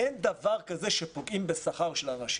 שאין דבר כזה שפוגעים בשכר של אנשים.